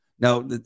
now